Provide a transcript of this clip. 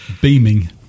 Beaming